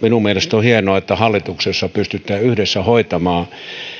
minun mielestäni on hienoa että hallituksessa pystytään yhdessä hoitamaan